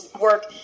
work